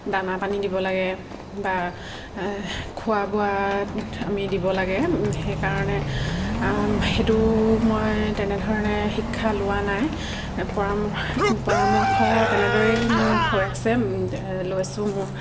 দানা পানী দিব লাগে বা খোৱা বোৱাত আমি দিব লাগে সেইকাৰণে সেইটো মই তেনেধৰণে শিক্ষা লোৱা নাই পৰাম পৰামৰ্শ তেনেদৰেই মোৰ হৈ আছে লৈছোঁ মোৰ